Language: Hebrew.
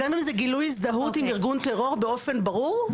גם אם זה גילוי הזדהות עם ארגון טרור באופן ברור?